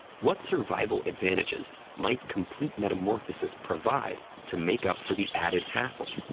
what survival advantages might complete metamorphosis provide to make up for the added hassle?